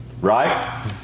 Right